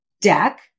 deck